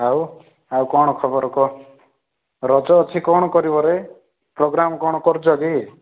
ଆଉ ଆଉ କଣ ଖବର କହ ରଜ ଅଛି କଣ କରିବରେ ପ୍ରୋଗ୍ରାମ୍ କଣ କରୁଛ କି